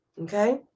Okay